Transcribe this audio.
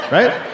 Right